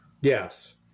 yes